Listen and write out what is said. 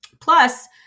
plus